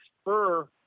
spur